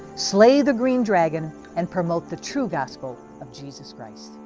slay the green dragon and promote the true gospel of jesus christ